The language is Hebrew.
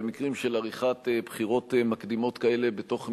במקרים של עריכת בחירות מקדימות כאלה בתוך המפלגות,